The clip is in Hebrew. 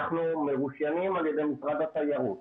אנחנו מרושיינים על ידי משרד התיירות,